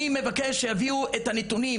אני מבקש שיביאו את הנתונים,